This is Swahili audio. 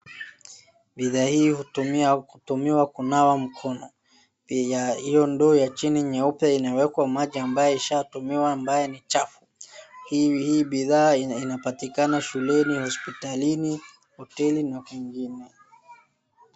Bidhaa hii hutumiwa kunawa mkono. Pia hiyo ndoo ya chini nyeupe inawekwa maji ambayo ishaatumiwa ambayo ni chafu. Hii bidhaa inapatika shuleni, hospitalini, hoteli na kwingine.